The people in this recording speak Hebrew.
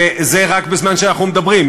וזה רק בזמן שאנחנו מדברים.